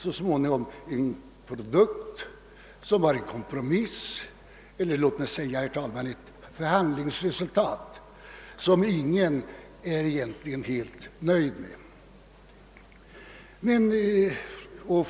Så småningom kom vi fram till ett förhandlingsresultat, som dock egentligen ingen var helt nöjd med.